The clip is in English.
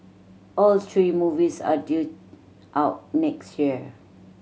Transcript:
all three movies are due out next year